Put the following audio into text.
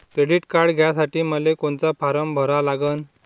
Credit card घ्यासाठी मले कोनचा फारम भरा लागन?